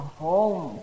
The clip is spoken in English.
home